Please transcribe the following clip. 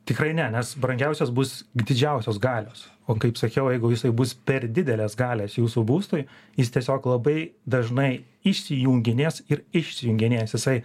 tikrai ne nes brangiausias bus didžiausios galios o kaip sakiau jeigu jisai bus per didelės galios jūsų būstui jis tiesiog labai dažnai įsijunginės ir išsijungenės jisai